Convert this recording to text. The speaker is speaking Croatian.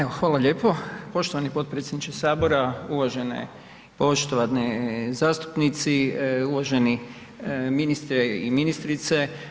Evo, hvala lijepo poštovani potpredsjedniče sabora, uvažene i poštovane zastupnici, uvaženi ministre i ministrice.